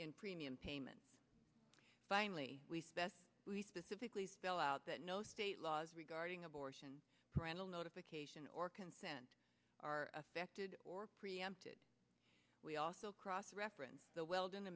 in premium payment finally we specify we specifically spell out that no state laws regarding abortion parental notification or consent are affected or preempted we also cross reference the weld